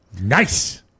Nice